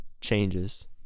changes